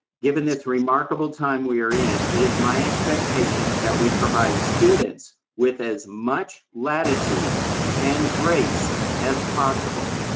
given this remarkable time we are in, it is my expectation that we provide students with as much latitude and grace as possible.